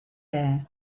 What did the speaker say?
air